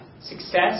Success